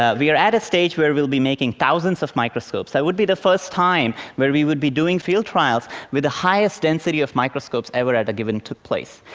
ah we are at a stage where we'll be making thousands of microscopes. that would be the first time where we would be doing field trials with the highest density of microscopes ever at a given place.